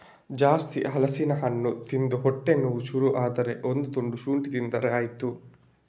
ಜಾಸ್ತಿ ಹಲಸಿನ ಹಣ್ಣು ತಿಂದು ಹೊಟ್ಟೆ ನೋವು ಶುರು ಆದ್ರೆ ಒಂದು ತುಂಡು ಶುಂಠಿ ತಿಂದ್ರೆ ಆಯ್ತು